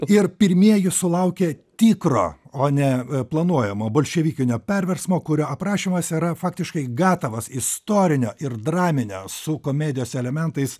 ir pirmieji sulaukė tikro o ne planuojamo bolševikinio perversmo kurio aprašymas yra faktiškai gatavas istorinio ir draminio su komedijos elementais